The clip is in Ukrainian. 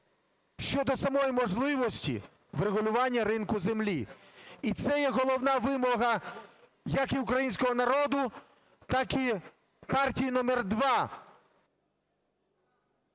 щодо самої можливості врегулювання ринку землі. І це є головна вимога, як і українського народу, так і партії номер 2…